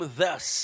thus